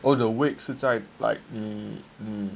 oh the wake 是在 like 你你